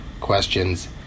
questions